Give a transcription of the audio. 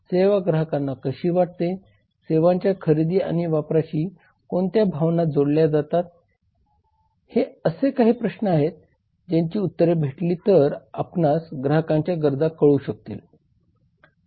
सेवा ग्राहकांना कशी वाटते सेवांच्या खरेदी आणि वापराशी कोणत्या भावना जोडल्या जातात हे असे काही प्रश्न आहेत ज्यांची उत्तरे भेटली तर आपणास ग्राहकांच्या गरजा कळू शकतील